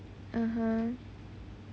(uh huh)